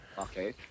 Okay